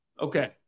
Okay